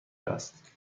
است